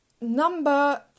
Number